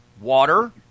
Water